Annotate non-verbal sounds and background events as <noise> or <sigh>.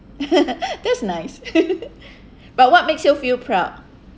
<laughs> that's nice <laughs> but what makes you feel proud